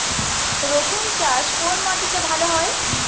রুসুন চাষ কোন মাটিতে ভালো হয়?